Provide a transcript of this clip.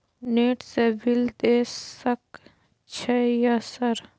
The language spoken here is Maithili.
नेट से बिल देश सक छै यह सर?